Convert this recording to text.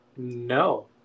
no